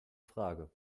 frage